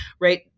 right